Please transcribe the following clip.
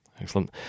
Excellent